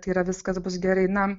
tai yra viskas bus gerai na